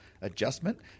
adjustment